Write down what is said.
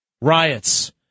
riots